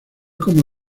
como